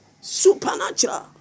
Supernatural